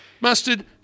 mustard